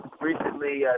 Recently